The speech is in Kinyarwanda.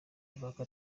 avugako